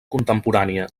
contemporània